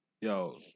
yo